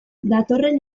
datorren